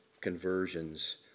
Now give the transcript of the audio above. conversions